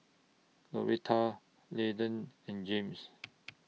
Doretha Landen and James